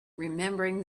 remembering